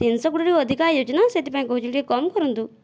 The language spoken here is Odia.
ତିନି ଶହ କୋଡ଼ିଏ ଟିକେ ଅଧିକା ହୋଇଯାଉଛି ନା ସେଥିପାଇଁ କହୁଥିଲି ଟିକେ କମ କରନ୍ତୁ